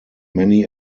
many